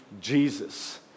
Jesus